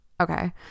okay